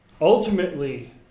ultimately